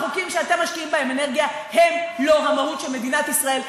החוקים שאתם משקיעים בהם אנרגיה הם לא המהות של מדינת ישראל,